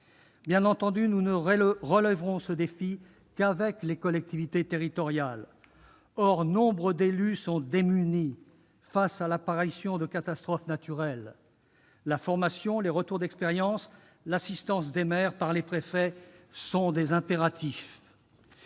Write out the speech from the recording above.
Bien entendu, nous ne relèverons ce défi qu'avec les collectivités territoriales. Or nombre d'élus sont démunis face à la survenance de catastrophes naturelles. La formation, la prise en compte des retours d'expérience, l'assistance des maires par les préfets sont des impératifs.